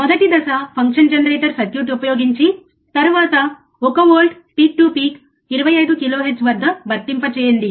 మొదటి దశ function generator circuit ఉపయోగించి తరువాత 1 volt peak to peak 25 kilohertz వద్ద వర్తింపజేయండి